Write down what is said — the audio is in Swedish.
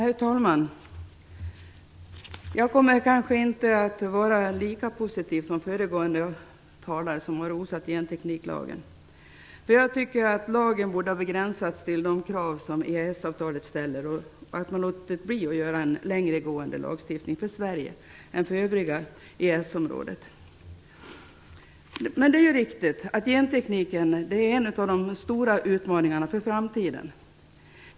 Herr talman! Jag kommer kanske inte att vara lika positiv som föregående talare, som har rosat gentekniklagen. Jag tycker att lagen borde ha begränsats till de krav som ställs i EES-avtalet. Man borde ha låtit bli att införa en längre gående lagstiftning för Sverige än för det övriga EES Gentekniken är, som mycket riktigt har framhållits, en av de stora utmaningarna för framtiden.